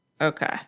Okay